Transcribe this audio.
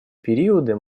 периоды